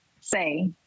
say